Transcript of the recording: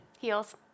Heels